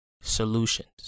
solutions